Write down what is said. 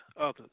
others